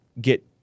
get